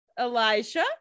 Elijah